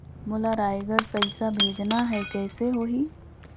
मोला रायगढ़ पइसा भेजना हैं, कइसे होही?